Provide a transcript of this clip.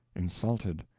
insulted,